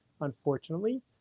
unfortunately